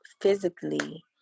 physically